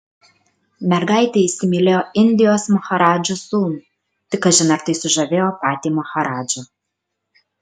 mergaitė įsimylėjo indijos maharadžos sūnų tik kažin ar tai sužavėjo patį maharadžą